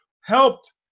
helped